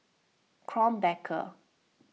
Krombacher